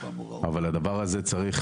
אבל הדבר הזה צריך